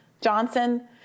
Johnson